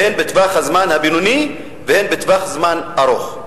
הן בטווח הזמן הבינוני והן בטווח זמן ארוך.